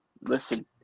listen